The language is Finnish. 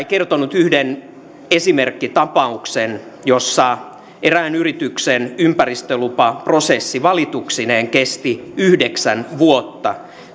kertonut yhden esimerkkitapauksen jossa erään yrityksen ympäristölupaprosessi valituksineen kesti yhdeksän vuotta